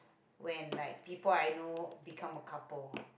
when like people I know become a couple